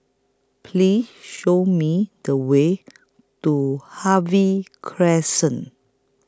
Please Show Me The Way to Harvey Crescent